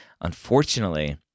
Unfortunately